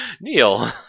Neil